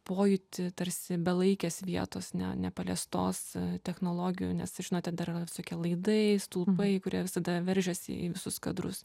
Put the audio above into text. pojūtį tarsi belaikės vietos ne nepaliestos technologijų nes žinote dar yra visokie laidai stulpai kurie visada veržiasi į visus kadrus